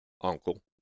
uncle